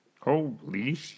Holy